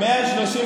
אתה שומע את הציבור,